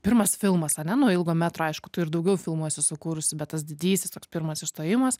pirmas filmas ane nu ilgo metro aišku tu ir daugiau filmų esi sukūrusi bet tas didysis toks pirmas išstojimas